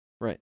Right